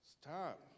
Stop